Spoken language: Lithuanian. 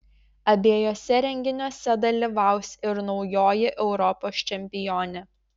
abiejuose renginiuose dalyvaus ir naujoji europos čempionė